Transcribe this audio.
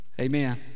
amen